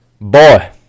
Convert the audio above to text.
boy